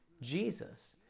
Jesus